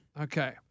Okay